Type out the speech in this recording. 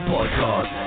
Podcast